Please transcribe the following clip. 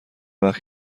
وقت